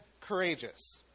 courageous